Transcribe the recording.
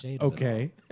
Okay